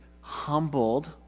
humbled